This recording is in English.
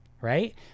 right